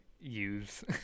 use